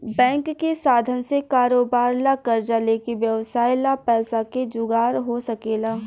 bank के साधन से कारोबार ला कर्जा लेके व्यवसाय ला पैसा के जुगार हो सकेला